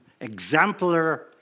exemplar